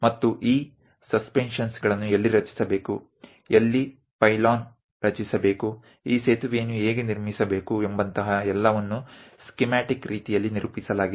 ಮತ್ತು ಈ ಸಸ್ಪೆನ್ಷನ್ಗಳನ್ನು ಎಲ್ಲಿ ರಚಿಸಬೇಕು ಎಲ್ಲಿ ಪೈಲಾನ್ ರಚಿಸಬೇಕು ಈ ಸೇತುವೆಯನ್ನು ಹೇಗೆ ನಿರ್ಮಿಸಬೇಕು ಎಂಬಂತಹ ಎಲ್ಲವನ್ನೂ ಸ್ಕೀಮ್ಯಾಟಿಕ್ ರೀತಿಯಲ್ಲಿ ನಿರೂಪಿಸಲಾಗಿದೆ